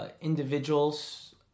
individuals